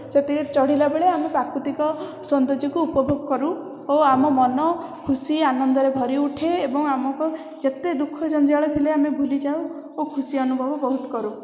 ସେତିରେ ଚଢ଼ିଲାବେଳେ ଆମେ ପ୍ରାକୃତିକ ସୌନ୍ଦଯ୍ୟକୁ ଉପଭୋଗ କରୁ ଓ ଆମ ମନ ଖୁସି ଆନନ୍ଦରେ ଭରି ଉଠେ ଏବଂ ଆମକୁ ଯେତେ ଦୁଃଖ ଜଞ୍ଜାଳ ଥିଲେ ଆମେ ଭୁଲି ଯାଉ ଓ ଖୁସି ଅନୁଭବ ବହୁତ କରୁ